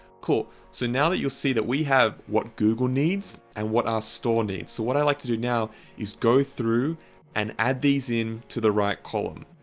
cool so now that you'll see that we have what google needs and what our store needs. so what i like to do now is go through and add these in to the right column.